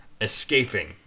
escaping